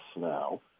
now